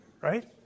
Right